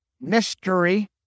mystery